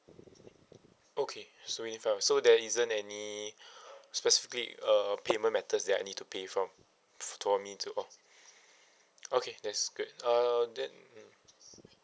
okay sorry if I'm so there isn't any specifically uh payment methods that I need to pay from for me to oh okay that's good uh then